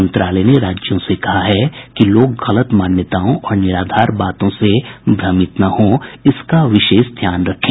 मंत्रालय ने राज्यों से कहा है कि लोग गलत मान्यताओं और निराधार बातों से भ्रमित न हों इसका विशेष ध्यान रखें